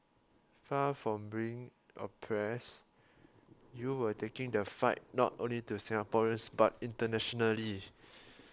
far from bring oppressed you were taking the fight not only to Singaporeans but internationally